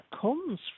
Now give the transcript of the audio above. comes